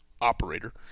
operator